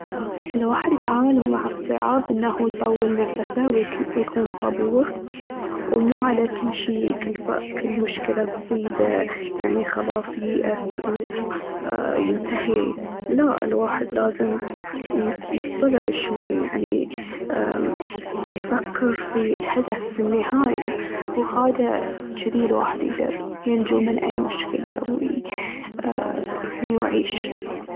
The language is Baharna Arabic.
الواحد يتعمال مع الصعاب ان هو يطول نفسه ويكون صبور ومو على كل شي، كل مشكلة تصيده يعني خلاص ييأس وينتهي. لا، الواحد لازم يصطلب شوي، يعني يفكر في الهدف في النهاية، وهاذا جدي الواحد يقدر ينجو من أي مشكلة ويعني يعيش.